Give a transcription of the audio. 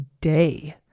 day